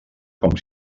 com